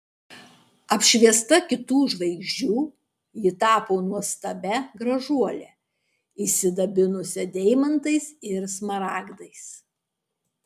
apšviesta kitų žvaigždžių ji tapo nuostabia gražuole išsidabinusia deimantais ir smaragdais